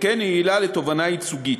וכן היא עילה לתובענה ייצוגית.